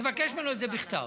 תבקש ממנו את זה בכתב.